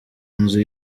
nzu